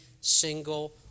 single